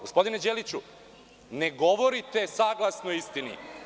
Gospodine Đeliću, ne govorite saglasno istini.